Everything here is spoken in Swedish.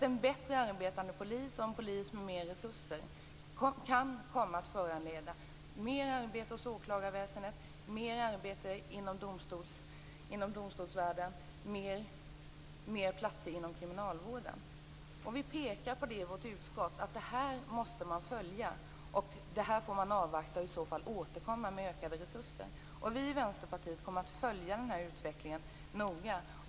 En bättre arbetande polis och en polis med mer resurser kan innebära mer arbete hos åklagarväsendet och i domstolsvärlden och ett behov av fler platser inom kriminalvården. Utskottet pekar på att man måste följa detta och återkomma med ökade resurser om det behövs. Vi i Vänsterpartiet kommer att följa den här utvecklingen noga.